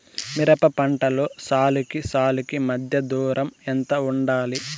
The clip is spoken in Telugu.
మిరప పంటలో సాలుకి సాలుకీ మధ్య దూరం ఎంత వుండాలి?